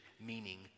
meaning